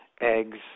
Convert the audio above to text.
eggs